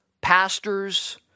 pastors